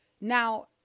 Now